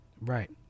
Right